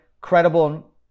credible